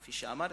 כפי שאמרתי,